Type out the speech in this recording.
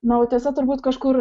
na o tiesa turbūt kažkur